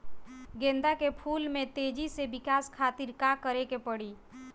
गेंदा के फूल में तेजी से विकास खातिर का करे के पड़ी?